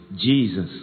Jesus